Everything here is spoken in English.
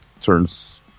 turns